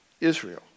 Israel